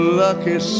lucky